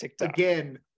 again